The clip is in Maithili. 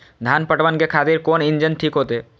धान पटवन के खातिर कोन इंजन ठीक होते?